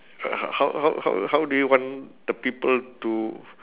h~ h~ how how how how do you want the people to